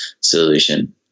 solution